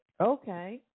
Okay